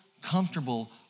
comfortable